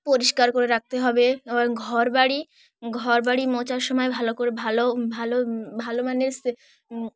পরিষ্কার করে রাখতে হবে এবার ঘর বাড়ি ঘর বাড়ি মোছার সময় ভালো করে ভালো ভালো ভালো মানের